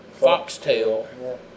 foxtail